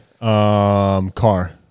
Car